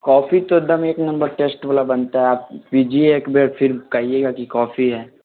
coffee तो एकदम एक नंबर टेस्ट वाला बनता है आप पीजिए एक बेर फिर कहिएगा की कॉफी है